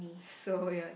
so ya